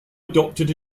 adopted